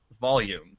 volume